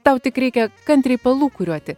tau tik reikia kantriai palūkuriuoti